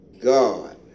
God